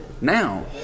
Now